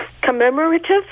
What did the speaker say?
Commemorative